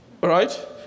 Right